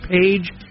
Page